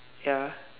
ya